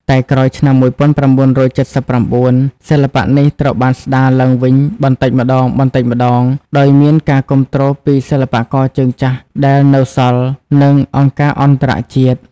តែក្រោយឆ្នាំ ១៩៧៩ សិល្បៈនេះត្រូវបានស្ដារឡើងវិញបន្តិចម្ដងៗ ដោយមានការគាំទ្រពីសិល្បករជើងចាស់ដែលនៅសល់ និងអង្គការអន្តរជាតិ ។